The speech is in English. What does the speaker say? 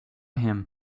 him